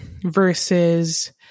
versus